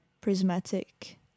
prismatic